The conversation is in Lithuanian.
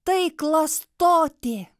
tai klastotė